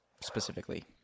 specifically